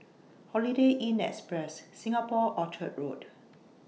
Holiday Inn Express Singapore Orchard Road